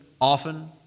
often